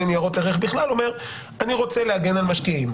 ניירות ערך בכלל אומר שאני רוצה להגן על משקיעים,